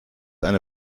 eine